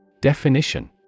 Definition